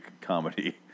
comedy